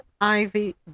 Ivy